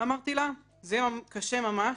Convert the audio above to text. אמרתי לה, זה יהיה קשה ממש.